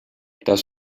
das